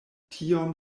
tiom